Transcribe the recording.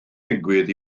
ddigwydd